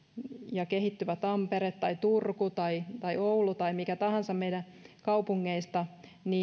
ja kehittyvä tampere tai turku tai tai oulu tai mikä tahansa meidän kaupungeistamme